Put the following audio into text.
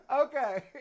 Okay